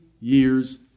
years